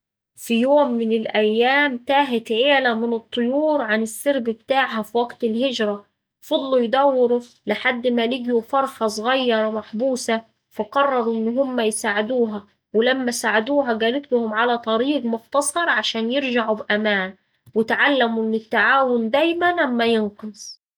في يوم من الأيام تاهت عيلة من الطيور عن السرب بتاعها في وقت الهجرة. فضلو يدورو لحد ما لقيو فرخة صغيرة محبوسة، فقررو إن هما يساعدوها ولما ساعدوها قالتلهم على طريق مختصر عشان يرجعو بأمان واتعلمو إن التعاون دايما أما ينقذ.